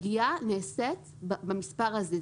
השגיאה נעשית במספר הזה.